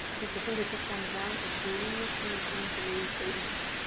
keep the fingertips on the ground, and breathe deep into these babies.